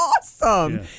awesome